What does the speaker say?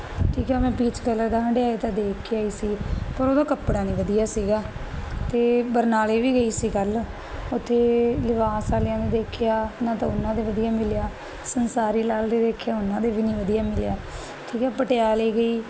ਠੀਕ ਆ ਮੈਂ ਪੀਚ ਕਲਰ ਦਾ ਹੰਢਾਏ ਤਾਂ ਦੇਖ ਕੇ ਆਈ ਸੀ ਪਰ ਉਹਦਾ ਕੱਪੜਾ ਨਹੀਂ ਵਧੀਆ ਸੀਗਾ ਤੇ ਬਰਨਾਲੇ ਵੀ ਗਈ ਸੀ ਕੱਲ ਉਥੇ ਲਿਬਾਸ ਵਾਲਿਆਂ ਦੇ ਦੇਖਿਆ ਨਾ ਤਾਂ ਉਹਨਾਂ ਦੇ ਵਧੀਆ ਮਿਲਿਆ ਸੰਸਾਰੀ ਲਾਲ ਦੇ ਦੇਖਿਆ ਉਹਨਾਂ ਦੇ ਵੀ ਨੀ ਵਧੀਆ ਮਿਲਿਆ ਠੀਕ ਹੈ ਪਟਿਆਲੇ ਗਈ